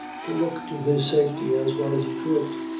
to look to his safety as well as he could.